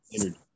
energy